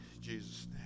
Jesus